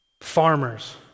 farmers